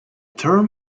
term